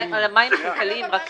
המים הכלכליים.